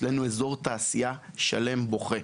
אצלנו אזור תעשייה שלם בוכה.